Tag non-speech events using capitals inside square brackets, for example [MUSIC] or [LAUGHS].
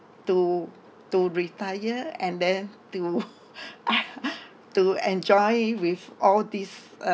to to retire and then to [LAUGHS] to enjoy with all these uh